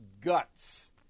guts